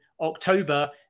October